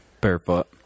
Barefoot